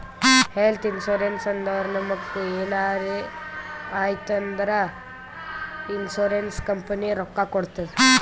health insurance ಅಂದುರ್ ನಮುಗ್ ಎನಾರೇ ಆಯ್ತ್ ಅಂದುರ್ ಇನ್ಸೂರೆನ್ಸ್ ಕಂಪನಿ ರೊಕ್ಕಾ ಕೊಡ್ತುದ್